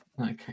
Okay